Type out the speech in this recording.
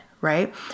right